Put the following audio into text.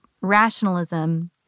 rationalism